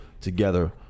together